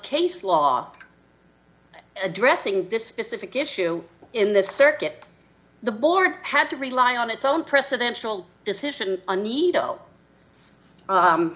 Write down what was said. case law addressing this specific issue in this circuit the board had to rely on its own presidential decision a